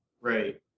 Right